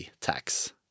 tax